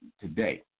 today